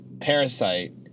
parasite